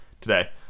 today